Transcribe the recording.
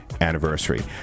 anniversary